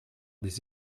des